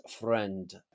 friend